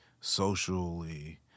socially